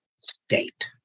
state